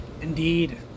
Indeed